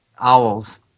owls